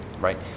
right